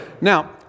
Now